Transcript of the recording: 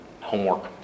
homework